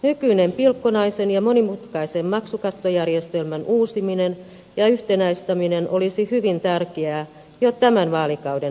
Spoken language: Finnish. nykyisen pilkkonaisen ja monimutkaisen maksukattojärjestelmän uusiminen ja yhtenäistäminen olisi hyvin tärkeää jo tämän vaalikauden aikana